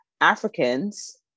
Africans